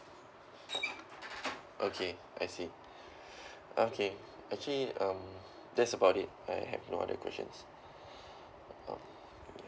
okay I see okay okay um that's about it I have no other questions